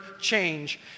change